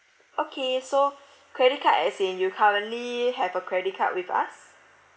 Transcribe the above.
okay so credit card as in you currently have a credit card with us